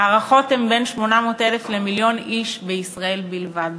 ההערכות הן בין 800,000 למיליון איש בישראל בלבד.